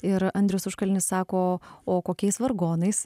ir andrius užkalnis sako o kokiais vargonais